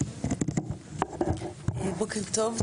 בוקר טוב,